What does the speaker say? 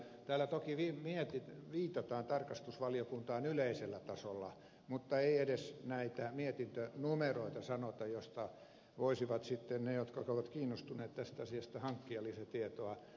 täällä toki viitataan tarkastusvaliokuntaan yleisellä tasolla mutta ei edes näitä mietintönumeroita sanota joiden perusteella voisivat sitten ne jotka ovat kiinnostuneet tästä asiasta hankkia lisätietoa